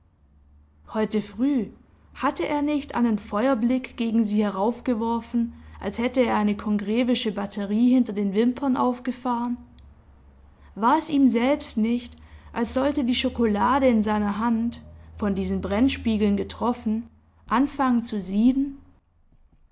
heute früh hatte er nicht einen feuerblick gegen sie heraufgeworfen als hätte er eine congrevesche batterie hinter den wimpern aufgefahren war es ihm selbst nicht als sollte die schokolade in seiner hand von diesen brennspiegeln getroffen anfangen zu sieden